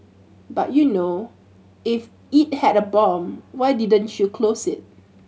but you know if it had a bomb why didn't you close it